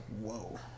whoa